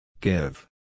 Give